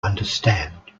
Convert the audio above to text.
understand